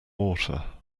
water